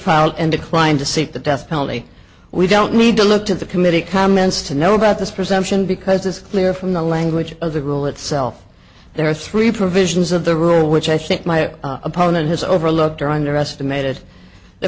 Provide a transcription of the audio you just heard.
filed and declined to seek the death penalty we don't need to look to the committee comments to know about this presumption because it's clear from the language of the rule itself there are three provisions of the rule which i think my opponent has overlooked or under estimated the